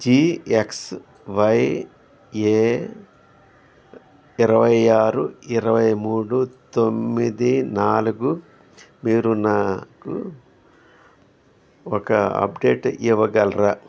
G X Y A ఇరవై ఆరు ఇరవై మూడు తొమ్మిది నాలుగు మీరు నాకు ఒక అప్డేట్ ఇవ్వగలరా